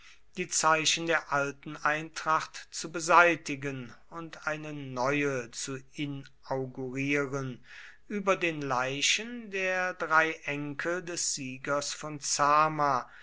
die zeichen der alten eintracht zu beseitigen und eine neue zu inaugurieren über den leichen der drei enkel des siegers von zama